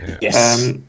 Yes